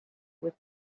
with